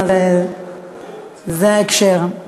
אז זה ההקשר.